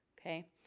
okay